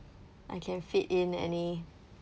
I can fit in any